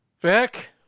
Vic